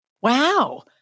Wow